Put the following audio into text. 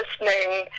listening